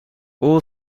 all